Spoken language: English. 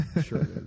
Sure